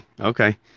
Okay